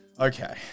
Okay